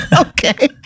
okay